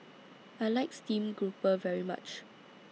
I like Steamed Grouper very much